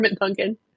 pumpkin